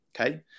Okay